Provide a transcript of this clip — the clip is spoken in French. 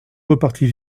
repartit